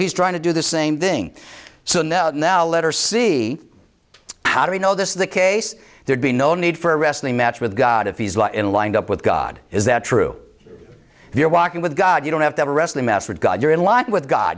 he's trying to do the same thing so now now let her see how do we know this is the case there'd be no need for a wrestling match with god if he's in lined up with god is that true you're walking with god you don't have to wrestle a master god you're in luck with god